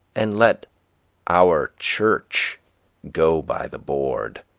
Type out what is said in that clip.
and let our church go by the board.